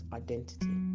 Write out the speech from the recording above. identity